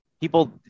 people